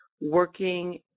working